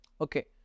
Okay